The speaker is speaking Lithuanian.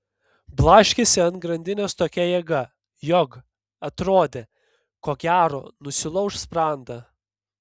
blaškėsi ant grandinės tokia jėga jog atrodė ko gero nusilauš sprandą